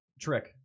trick